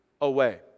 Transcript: away